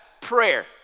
Prayer